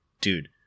dude